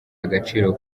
agaciro